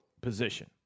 position